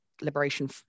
liberation